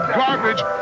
garbage